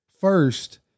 first